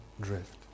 drift